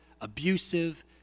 abusive